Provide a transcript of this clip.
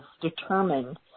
determined